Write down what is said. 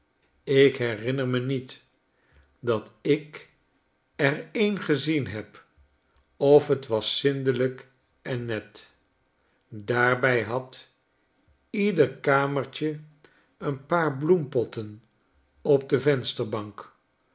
ik herinner me niet dat ik er een gezien heb of j t was zindelijk en net daarbij had ieder kamertje een paar bloempotten op de vensterbank